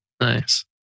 Nice